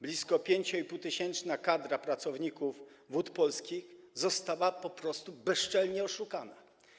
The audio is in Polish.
Blisko 5,5-tysięczna kadra pracowników Wód Polskich została po prostu bezczelnie oszukana.